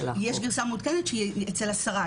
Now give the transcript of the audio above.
יש גירסה מעודכנת שהיא אצל השרה,